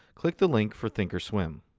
click the link for thinkorswim.